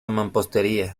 mampostería